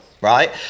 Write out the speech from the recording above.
Right